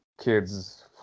kids